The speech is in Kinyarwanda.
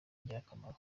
ingirakamaro